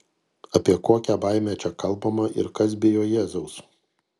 apie kokią baimę čia kalbama ir kas bijo jėzaus